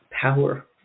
power